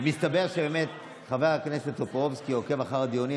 מסתבר שחבר הכנסת טופורובסקי עוקב אחר הדיונים,